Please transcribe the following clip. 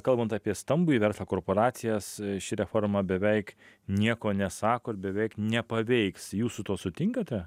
kalbant apie stambųjį verslą korporacijas ši reforma beveik nieko nesako ir beveik nepaveiks jūs su tuo sutinkate